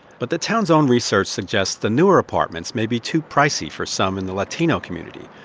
but the town's own research suggests the newer apartments may be too pricey for some in the latino community,